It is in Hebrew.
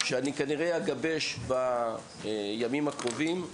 שאני כנראה אגבש בימים הקרובים,